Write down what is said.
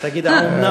תגיד: האומנם?